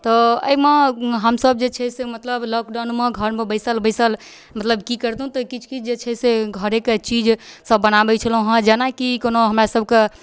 तऽ अइमे हमसब जे छै से मतलब लॉकडाउनमे घरमे बैसल बैसल मतलब की करितहुँ तऽ किछु किछु जे छै से घरेके चीज सब बनाबै छलहुँ हँ जेनाकि कोनो हमरा सबके